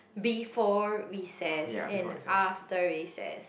before recess and after recess